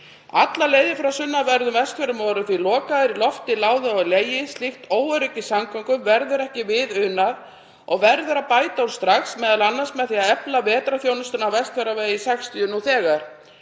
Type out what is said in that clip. Allar leiðir frá sunnanverðum Vestfjörðum voru því lokaðir í lofti, láði og legi. Við slíkt óöryggi í samgöngum verður ekki unað og verður að bæta úr strax, m.a. með því að efla vetrarþjónustuna á Vestfjarðavegi 60 nú þegar.